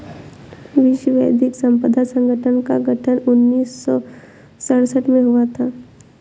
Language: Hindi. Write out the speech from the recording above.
विश्व बौद्धिक संपदा संगठन का गठन उन्नीस सौ सड़सठ में हुआ था